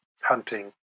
hunting